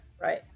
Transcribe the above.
right